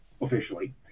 officially